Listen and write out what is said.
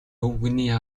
өвгөнийг